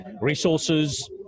resources